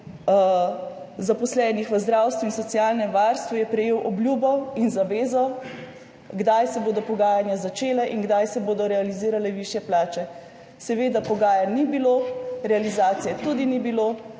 zaposlenih v zdravstvu in socialnem varstvu je prejel obljubo in zavezo, kdaj se bodo pogajanja začela in kdaj se bodo realizirale višje plače. Seveda pogajanj ni bilo, realizacije tudi ni bilo,